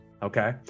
Okay